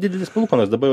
didelės palūkanos dabar